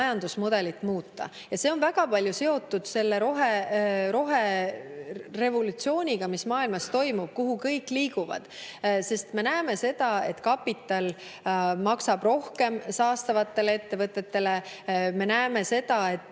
majandusmudelit muuta. See on väga palju seotud selle roherevolutsiooniga, mis maailmas toimub, kuhu kõik liiguvad. Sest me näeme seda, et kapital maksab rohkem saastavatele ettevõtetele, me näeme seda, et